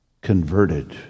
converted